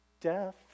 death